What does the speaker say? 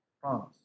Promise